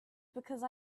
because